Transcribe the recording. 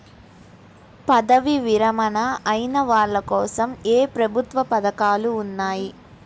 పదవీ విరమణ అయిన వాళ్లకోసం ఏ ప్రభుత్వ పథకాలు ఉన్నాయి?